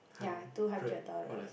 ya two hundred dollars